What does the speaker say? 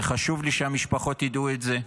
זה חשוב לי שהמשפחות ידעו את זה.